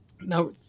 Now